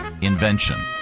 invention